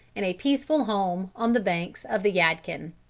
in a peaceful home on the banks of the yadkin.